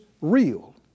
real